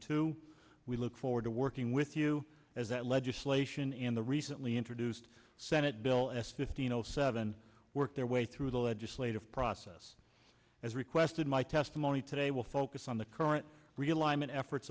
two we look forward to working with you as that legislation and the recently introduced senate bill s fifteen zero seven work their way through the legislative process as requested my testimony today will focus on the current